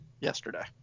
yesterday